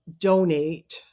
donate